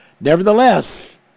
nevertheless